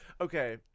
Okay